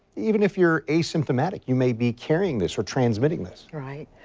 even if you're asymptomatic you may be carrying this for transmitting this right.